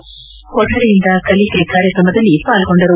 ಕೊಠಡಿಯಿಂದ ಕಲಿಕೆ ಕಾರ್ಯಕ್ರಮದಲ್ಲಿ ಪಾಲ್ಗೊಂಡರು